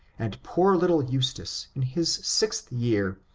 and poor little eustace, in his sixth year,